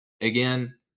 Again